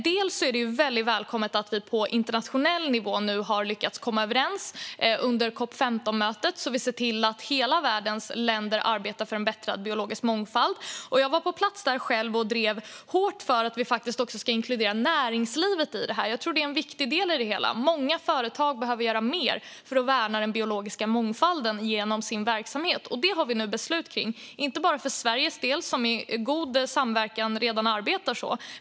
Det är väldigt välkommet att vi på internationell nivå nu har lyckats komma överens under COP 15-mötet så att vi ser till att länder i hela världen arbetar för en förbättrad biologisk mångfald. Jag var själv på plats och drev hårt för att vi också ska inkludera näringslivet. Jag tror att det är en viktig del i det hela. Många företag behöver göra mer för att värna den biologiska mångfalden genom sin verksamhet. Det har vi nu beslut på. Det gäller inte bara för Sverige, som i god samverkan redan arbetar så.